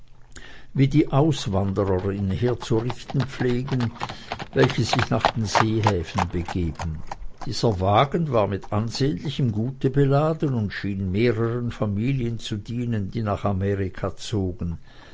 wie die auswanderer ihn herzurichten pflegen welche sich nach den seehäfen begeben dieser wagen war mit ansehnlichem gute beladen und schien mehreren familien zu dienen die nach amerika zogen